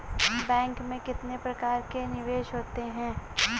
Bank में कितने प्रकार के निवेश होते हैं?